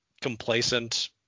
complacent